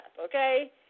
okay